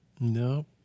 No